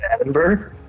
Edinburgh